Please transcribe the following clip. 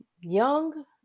young